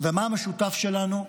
מה המשותף לנו,